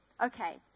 Okay